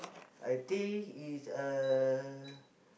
I think it's uh